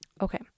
Okay